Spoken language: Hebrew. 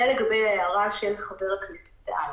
זה לגבי הערת חבר הכנסת סעדי.